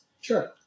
Sure